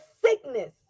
sickness